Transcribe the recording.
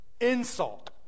insult